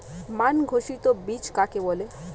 মান ঘোষিত বীজ কাকে বলে?